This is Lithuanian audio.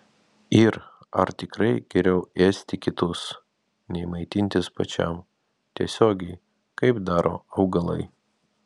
ir ar tikrai geriau ėsti kitus nei maitintis pačiam tiesiogiai kaip daro augalai